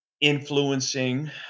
influencing